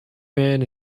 man